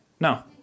No